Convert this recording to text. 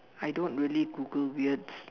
I don't really Google weird s~